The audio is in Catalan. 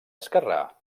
esquerrà